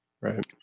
Right